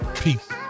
peace